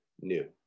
new